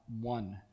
one